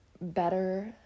better